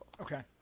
Okay